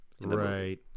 Right